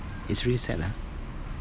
it's really sad lah